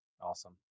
Awesome